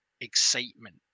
excitement